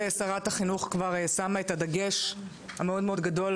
שרת החינוך כבר שמה את הדגש המאוד גדול,